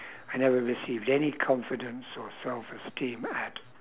I never received any confidence or self esteem at